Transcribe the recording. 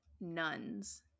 nuns